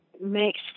makes